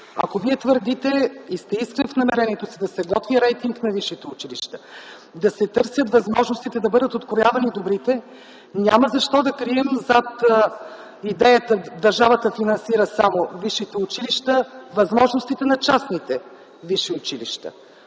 Ако Вие твърдите и сте искрен в намерението си да се готви рейтинг на висшите училища, да се търсят възможностите да бъдат откроявани добрите, няма защо да крием зад идеята „Държавата финансира само висшите училища”, възможностите на частните висши училища.